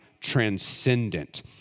transcendent